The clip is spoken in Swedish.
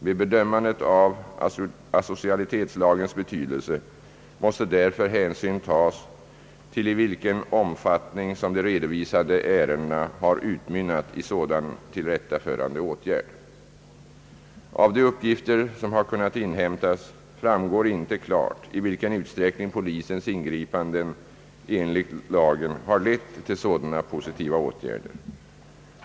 Vid bedömandet av asocialitetslagens betydelse måste därför hänsyn tas till i vilken omfattning som de redovisade ärendena har utmynnat i sådan tillrättaförande åtgärd. Av de uppgifter som har inhämtats framgår inte klart i vilken utsträckning polisens ingripanden enligt asocialitetslagen har lett till sådana positiva åtgärder.